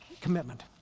commitment